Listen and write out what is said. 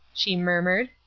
she murmured,